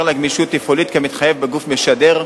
לה גמישות תפעולית כמתחייב בגוף משדר.